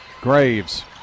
Graves